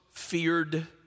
feared